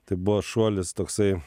tai buvo šuolis toksai